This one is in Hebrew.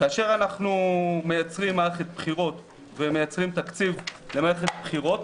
כאשר אנחנו מייצרים מערכת בחירות ומייצרים תקציב למערכת בחירות,